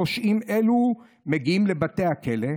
פושעים אלו מגיעים לבתי הכלא,